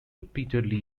repeatedly